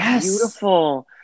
beautiful